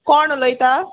कोण उलयता